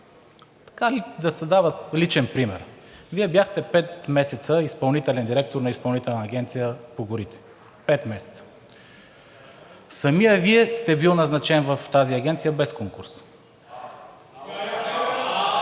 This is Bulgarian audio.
свикнал да се дава личен пример – Вие бяхте пет месеца изпълнителен директор на Изпълнителната агенция по горите. Пет месеца! Самият Вие сте били назначен в тази агенция без конкурс.